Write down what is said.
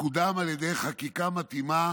תקודם על ידי חקיקה מתאימה